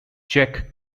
czech